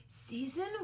Season